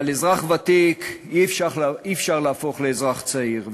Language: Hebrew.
אבל אזרח ותיק אי-אפשר להפוך לאזרח צעיר.